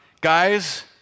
Guys